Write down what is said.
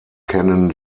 kennen